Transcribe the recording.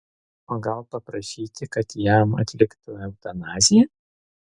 o gal paprašyti kad jam atliktų eutanaziją